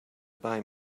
buy